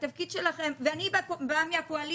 ואני באה מהקואליציה.